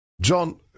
John